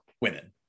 women